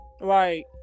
Right